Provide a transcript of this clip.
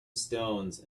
stones